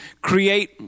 create